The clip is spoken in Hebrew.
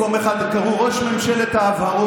במקום אחד קראו לו "ראש ממשלת ההבהרות".